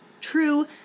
true